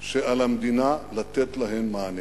שעל המדינה לתת להן מענה.